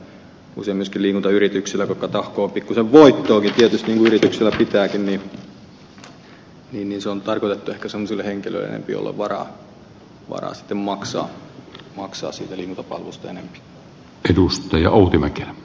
usein myöskin liikuntayritykset jotka tahkoavat pikkuisen voittoakin niin kuin tietysti yrityksen pitääkin on tarkoitettu ehkä enempi semmoisille henkilöille joilla on sitten varaa maksaa siitä liikuntapalvelusta enempi